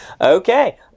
Okay